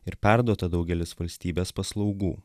ir perduota daugelis valstybės paslaugų